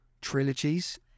trilogies